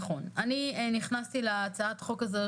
נכנסתי להצעת החוק הזאת,